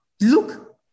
Look